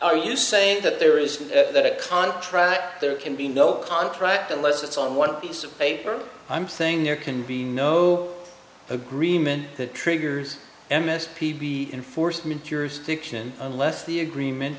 are you saying that there is a contract there can be no contract unless it's on one piece of paper i'm saying there can be no agreement that triggers m s p be enforcement your stiction unless the agreement